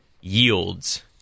yields